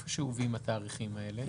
מהיכן שאובים התאריכים האלה?